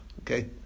Okay